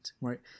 right